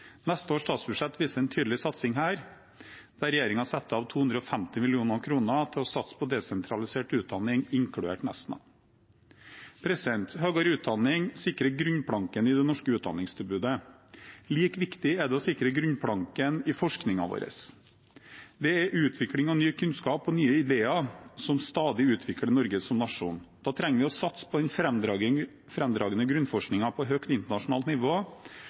Neste års statsbudsjett viser en tydelig satsing her, der regjeringen setter av 250 mill. kr til å satse på desentralisert utdanning, inkludert Nesna. Høyere utdanning sikrer grunnplanken i det norske utdanningstilbudet. Like viktig er det å sikre grunnplanken i forskningen vår. Det er utvikling av ny kunnskap og nye ideer som stadig utvikler Norge som nasjon. Da trenger vi å satse på den fremragende grunnforskningen på høyt internasjonalt nivå